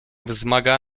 wzmaga